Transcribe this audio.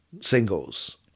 Singles